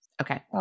Okay